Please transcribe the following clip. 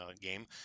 game